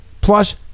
plus